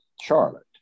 Charlotte